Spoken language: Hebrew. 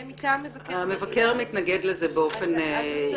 המבקר מתנגד לזה באופן עקבי.